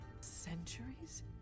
Centuries